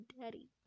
daddy